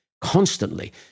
constantly